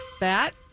Bat